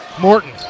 Morton